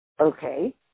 Okay